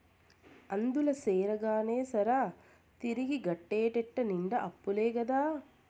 అందుల చేరగానే సరా, తిరిగి గట్టేటెట్ట నిండా అప్పులే కదా